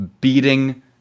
beating